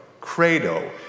credo